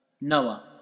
Noah